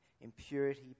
impurity